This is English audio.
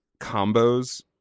combos